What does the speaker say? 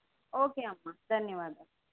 okay అమ్మా ధన్యవాదాలు